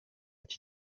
iki